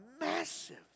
massive